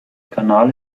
kanal